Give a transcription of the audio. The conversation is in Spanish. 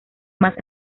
más